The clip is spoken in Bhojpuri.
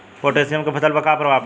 पोटेशियम के फसल पर का प्रभाव पड़ेला?